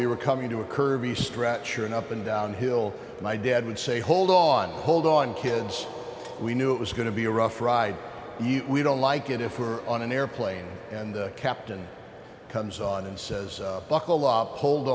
we were coming to a curvy stretch or an up and down hill my dad would say hold on hold on kids we knew it was going to be a rough ride eat we don't like it if we are on an airplane and the captain comes on and says buckle up hold